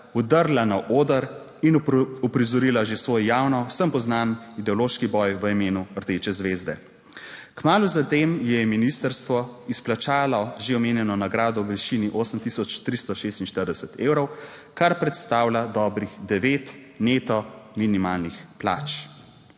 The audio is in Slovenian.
vdrla na oder in uprizorila že svoj javno vsem poznan ideološki boj v imenu rdeče zvezde. Kmalu za tem ji je ministrstvo izplačalo že omenjeno nagrado v višini 8346 evrov, kar predstavlja dobrih devet neto minimalnih plač.